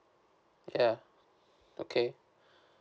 ya okay